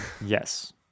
Yes